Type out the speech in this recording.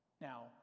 Now